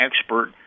expert